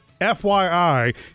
FYI